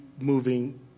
moving